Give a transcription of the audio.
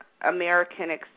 American